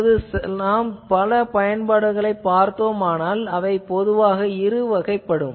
இப்போது நாம் பல பயன்பாடுகளைப் பார்த்தோமானால் அவை பொதுவாக இருவகைப்படும்